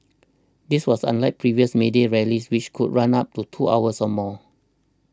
this was unlike previous May Day rallies which could run up to two hours or more